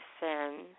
sin